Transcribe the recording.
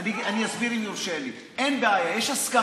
אני אסביר, אם יורשה לי: אין בעיה, יש הסכמה.